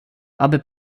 aby